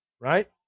Right